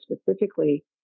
specifically